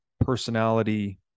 personality